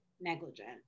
negligent